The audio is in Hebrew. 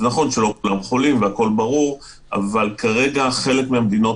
נכון שלא כולם חולים והכול ברור אבל כרגע חלק מהמדינות